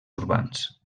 urbans